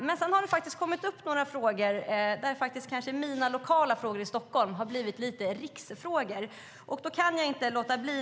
Men sedan har det kommit upp några frågor, och mina lokala frågor i Stockholm har lite grann blivit till riksfrågor.